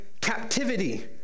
captivity